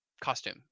costume